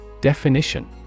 Definition